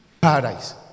paradise